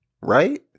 right